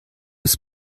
ist